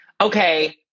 Okay